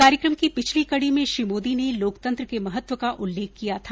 कार्यक्रम की पिछली कड़ी में श्री मोदी ने लोकतंत्र के महत्व का उल्लेख किया था